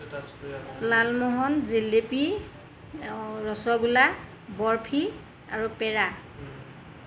লালমোহন জেলেপি ৰসগোল্লা বৰফি আৰু পেৰা